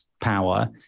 power